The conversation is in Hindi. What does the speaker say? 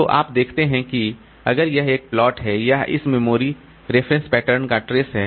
तो आप देखते हैं कि अगर यह एक प्लॉट है या यह इस मेमोरी रेफरेंस पैटर्न का ट्रेस है